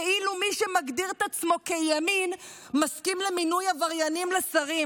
כאילו מי שמגדיר את עצמו כימין מסכים למינוי עבריינים לשרים,